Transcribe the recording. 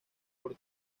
por